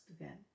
again